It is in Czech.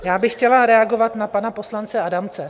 Já bych chtěla reagovat na pana poslance Adamce.